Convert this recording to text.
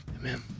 amen